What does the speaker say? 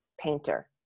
painter